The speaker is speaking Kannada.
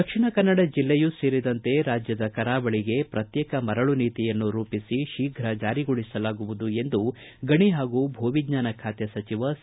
ದಕ್ಷಿಣ ಕನ್ನಡ ಜಿಲ್ಲೆಯೂ ಸೇರಿದಂತೆ ರಾಜ್ದದ ಕರಾವಳಿಗೆ ಪ್ರತ್ಯೇಕ ಮರಳು ನೀತಿಯನ್ನು ರೂಪಿಸಿ ತೀಪು ಜಾರಿಗೊಳಿಸಲಾಗುವುದು ಎಂದು ಗಣಿ ಹಾಗೂ ಭೂವಿಜ್ಞಾನ ಖಾತೆ ಸಚಿವ ಸಿ